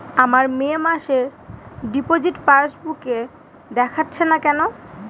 আমার মে মাসের ডিপোজিট পাসবুকে দেখাচ্ছে না কেন?